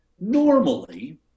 normally